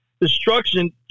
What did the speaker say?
destruction